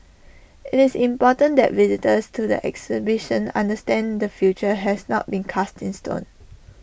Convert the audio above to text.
IT is important that visitors to the exhibition understand the future has not been cast in stone